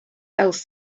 else